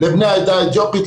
לבני העדה האתיופית,